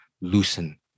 loosen